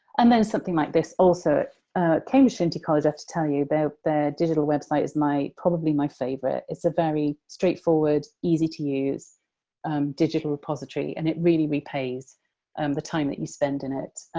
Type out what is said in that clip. and then something like this also cambridge trinity college, i have to tell you but their digital website is my, probably my favorite. it's a very straightforward, easy-to-use, digital repository, and it really repays um the time that you spend in it.